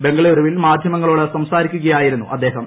ബംഗളൂരുവിൽ മാധ്യമങ്ങളോട് സംസാരിക്കുകയായിരുന്നു അദ്ദേഹം